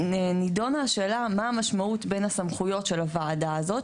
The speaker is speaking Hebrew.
נידונה השאלה על מה שהמשמעות של הסמכויות בוועדה הזאת,